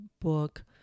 book